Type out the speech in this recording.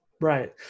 right